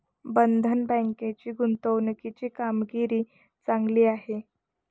बंधन बँकेची गुंतवणुकीची कामगिरी चांगली आहे